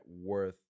worth